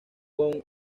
con